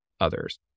others